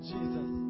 Jesus